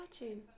watching